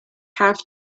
have